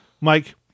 Mike